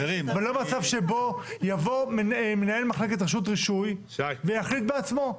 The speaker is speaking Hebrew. ולא מצב שבו יבוא מנהל מחלקת רשות רישוי ויחליט בעצמו.